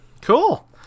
Cool